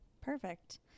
Perfect